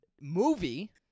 movie